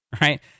right